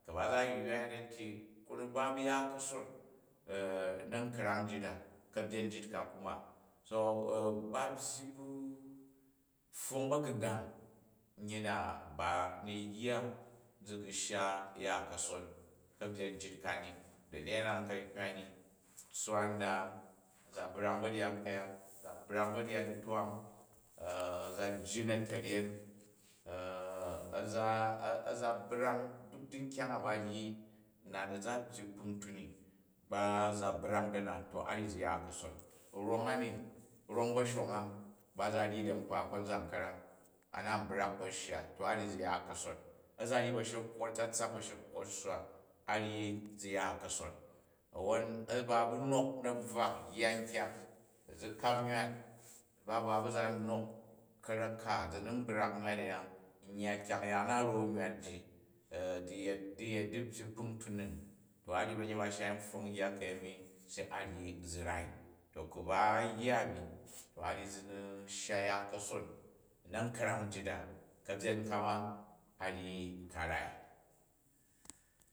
Ku̱ ba za ywai da nti kuni ba bu ya ka̱son ʉ na̱krang njita ka̱bnyen njit ka kuma. So ba shyi bu pfong ba̱gungang nyyi na ba ni yya zi gu̱ shya ya ka̱son u ka̱byan njit kani. Dani yada nka n hywa ni. Tsswa nda, a̱za nbrang u ba̱ryat ku̱yak, a̱za brang u̱ ba̱ryat ditwang a̱ za iyi na̱taryen, a̱ za brang duk di nkyang a baryi na ni za byyi kpuntung ni, to aryi zi ya kason rong a ni, rong ba̱shong a, ba za ryi da nkpa konzan ka̱ram a na brak u kpo shya. To a ryi zi ya ka̱som. A̱ zaryi ba̱shekwot, a̱tsatsak ba̱shekwot siswa, a ryi zi ya ka̱son. A̱wwon a̱ ba a̱ bu nok na̱bvwa yya nkyang. Ku̱ zi kap nywat ba ba a̱ bu za nok karek ka zi ni n brak nywat aya, u yya kyang yaan na ra̱n nywat ji di yet, di byye kpuntung in to a ryi ba̱nyet ba shai npfong yya kayenni se a ryi zi rai. To ku̱ ba yya ani to a ryi zi ni shya ya ka̱son u nankrang njit a ka̱byen ka ma aryi ka rai